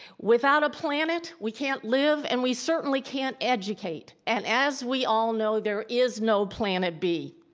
without a planet, we can't live, and we certainly can't educate, and as we all know, there is no planet b.